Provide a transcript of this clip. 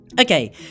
okay